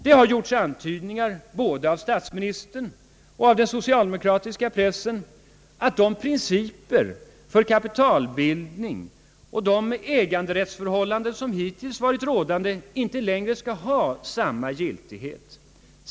Det har gjorts antydningar både av honom själv och i den socialdemokratiska pressen om att de principer för kapitalbildningen och de äganderättsförhållanden som hittills varit rådande inte längre skall ha samma giltighet.